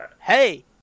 Hey